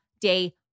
day